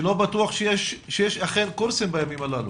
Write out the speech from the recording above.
שלא בטוח שאכן יש קורסים בימים הללו.